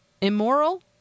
immoral